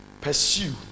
Pursue